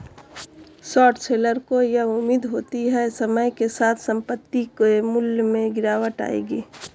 short seller को यह उम्मीद होती है समय के साथ संपत्ति के मूल्य में गिरावट आएगी